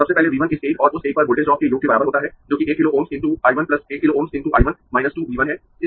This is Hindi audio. सबसे पहले V 1 इस एक और उस एक पर वोल्टेज ड्रॉप के योग के बराबर होता है जो कि 1 kilo Ωs × I 1 1 kilo Ωs × I 1 2 V 1 है